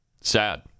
Sad